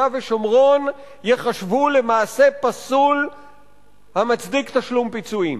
ושומרון ייחשבו למעשה פסול המצדיק תשלום פיצויים.